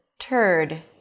turd